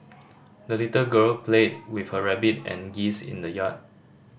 the little girl played with her rabbit and geese in the yard